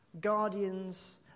guardians